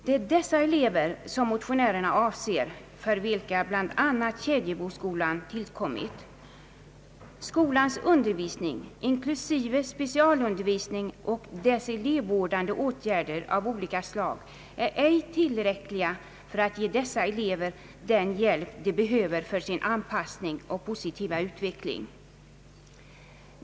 Det är dessa elever som motionärerna avser och för vilka bl.a. Kedjeboskolan tillkommit. Skolans undervisning — inklusive specialundervisningen — och dess elevvårdande åtgärder av olika slag är ej tillräckliga för att ge dessa elever den hjälp de behöver för sin anpassning och positiva utveckling.